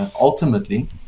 Ultimately